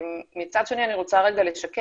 מצד שני אני רוצה לשקף